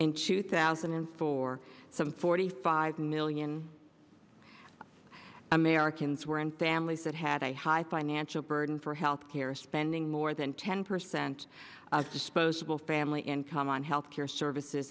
two thousand and four some forty five million americans were in families that had a high financial burden for health care spending more than ten percent of disposable family income on health care services